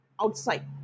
outside